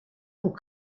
pour